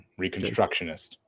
Reconstructionist